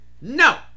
No